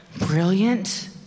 Brilliant